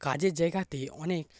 কাজের জায়গাতে অনেক